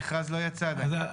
המכרז לא יצא עדיין.